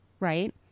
right